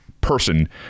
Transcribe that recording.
person